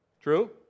True